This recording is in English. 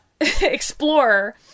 Explorer